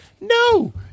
No